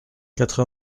quatre